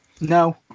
No